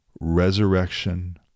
Resurrection